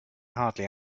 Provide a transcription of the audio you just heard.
hardly